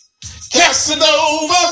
Casanova